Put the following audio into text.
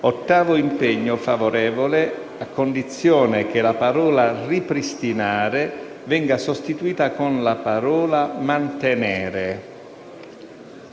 esprimo parere favorevole a condizione che la parola «ripristinare» venga sostituita con la parola «mantenere»